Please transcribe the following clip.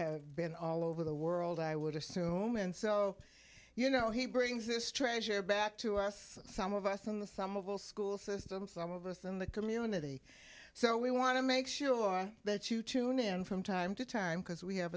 have been all over the world i would assume and so you know he brings this treasure back to us some of us in the sum of all school systems some of us in the community so we want to make sure that you tune in from time to time because we have